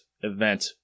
event